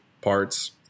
parts